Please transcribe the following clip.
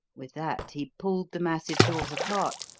with that he pulled the massive jaws apart,